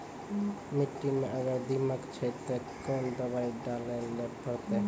मिट्टी मे अगर दीमक छै ते कोंन दवाई डाले ले परतय?